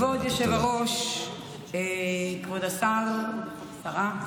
כבוד היושב-ראש, כבוד השר, השרה?